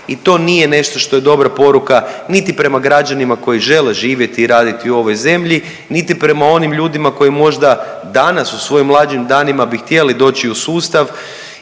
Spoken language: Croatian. i to nije nešto što je dobra poruka niti prema građanima koji žele živjeti i raditi u ovoj zemlji, niti prema onim ljudima koji možda danas u svojim mlađim danima bi htjeli doći u sustav